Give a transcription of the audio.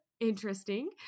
interesting